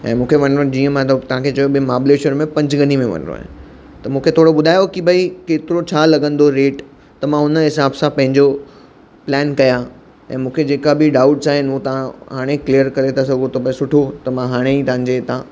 ऐं मुखे वञिणो जीअं मां तो तव्हांखे चयो भई माबलेश्वर में पंचगनी में वञणो आहे त मुखे थोड़ो ॿुधायो की भई केतिरो छा लॻंदो रेट त मां उन हिसाब सां पंहिंजो प्लान कयां ऐं मूंखे जेका बि डाउट्स आहिनि उहे तव्हां हाणे क्लियर करे था सघो त सुठो त मां हाणे ई तव्हांजे हितां